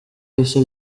rishya